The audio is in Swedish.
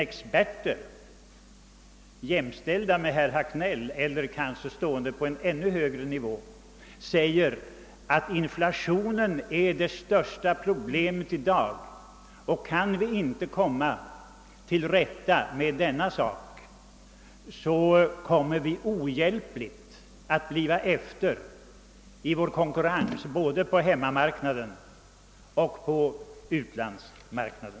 Experter jämställda med herr Hagnell eller kanske på ännu högre nivå menar dock att inflationen i dag är det största problemet och att vi, om vi inte nu kommer till rätta med detta, ohjälpligt sackar efter i konkurrensen både på hemmamarknaden och på utlandsmarknaden.